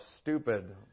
stupid